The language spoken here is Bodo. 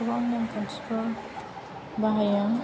गोबां नेम खान्थिफोर बाहायो